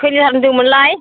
खै लिटार होनदोंमोनलाय